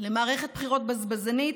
למערכת בחירות בזבזנית,